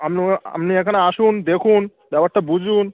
আমনি আনি এখানে আসুন দেখুন ব্যাপারটা বুঝুন